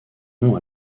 nom